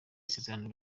isezerano